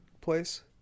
place